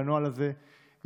והנוהל הזה יבוטל,